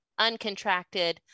uncontracted